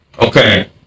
Okay